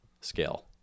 scale